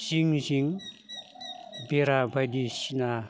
जिं जिं बेरा बायदिसिना